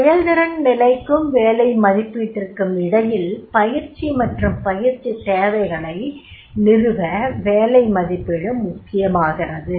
செயல்திறன் நிலைக்கும் வேலை மதிப்பீட்டிற்கும் இடையில் பயிற்சி மற்றும் பயிற்சித் தேவைகளை நிறுவ வேலை மதிப்பீடு முக்கியமாகிறது